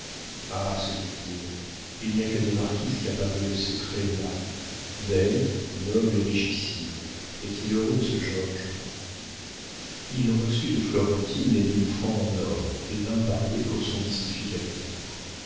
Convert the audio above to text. ah se dit-il il n'y a que des marquises capables de ces traits là belle noble et richissime est-il heureux ce georges il reçut de florentine les mille francs en or et vint parier pour son mystificateur